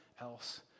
else